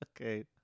Okay